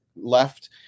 left